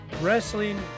wrestling